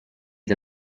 the